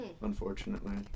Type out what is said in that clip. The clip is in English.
unfortunately